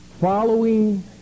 following